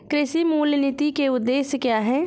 कृषि मूल्य नीति के उद्देश्य क्या है?